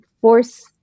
force